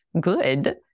good